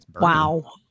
wow